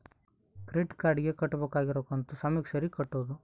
credit card ಗೆ ಕಟ್ಬಕಾಗಿರೋ ಕಂತು ಸಮಯಕ್ಕ ಸರೀಗೆ ಕಟೋದು